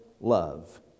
love